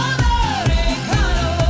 Americano